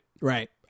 Right